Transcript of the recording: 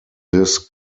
this